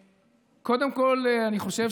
קודם כול, אני חושב